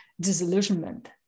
disillusionment